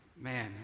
Man